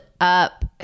up